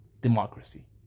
democracy